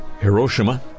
Hiroshima